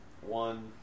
One